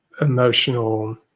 emotional